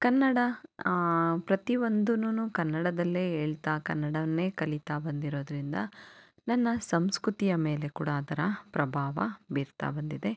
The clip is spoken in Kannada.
ಕನ್ನಡ ಪ್ರತಿಯೊಂದುನುನೂ ಕನ್ನಡದಲ್ಲೇ ಹೇಳ್ತಾ ಕನ್ನಡವನ್ನೇ ಕಲೀತಾ ಬಂದಿರೋದರಿಂದ ನನ್ನ ಸಂಸ್ಕೃತಿಯ ಮೇಲೆ ಕೂಡ ಅದರ ಪ್ರಭಾವ ಬೀರ್ತಾ ಬಂದಿದೆ